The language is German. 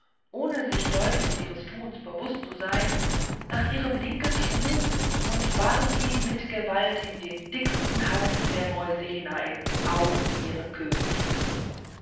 ohne sich deutlich ihres tuns bewußt zu sein nach ihrem linken schuh und warf ihn mit gewalt in den dicksten haufen der mäuse hinein auf ihren könig